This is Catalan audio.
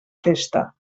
festa